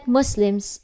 Muslims